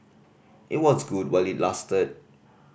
it was good while it lasted